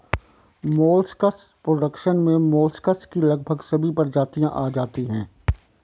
molluscs production में molluscs की लगभग सभी प्रजातियां आ जाती हैं